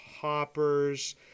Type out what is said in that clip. hoppers